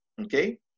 okay